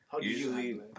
usually